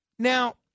Now